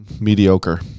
mediocre